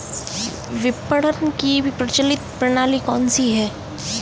विपणन की प्रचलित प्रणाली कौनसी है?